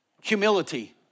Humility